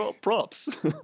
Props